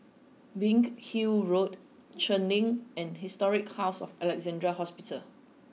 Biggin Hill Road Cheng Lim and Historic House of Alexandra Hospital